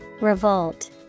Revolt